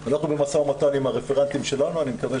אנחנו במשא ומתן עם הרפרנטים שלנו אני מקווה